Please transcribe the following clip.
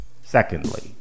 Secondly